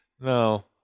No